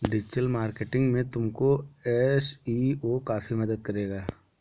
digital marketing में तुमको SEO काफी मदद करेगा